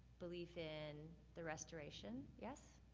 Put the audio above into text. belief in the restoration, yes?